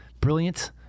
Brilliant